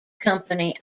company